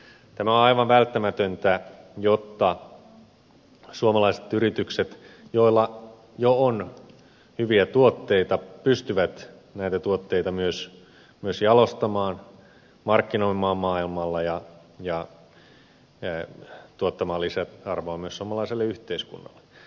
tämä on aivan välttämätöntä jotta suomalaiset yritykset joilla jo on hyviä tuotteita pystyvät näitä tuotteita myös jalostamaan markkinoimaan maailmalla ja tuottamaan lisäarvoa myös suomalaiselle yhteiskunnalle